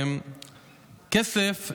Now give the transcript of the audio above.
כסף,